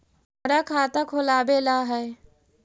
हमरा खाता खोलाबे ला है?